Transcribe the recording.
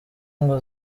ngo